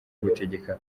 gutegeka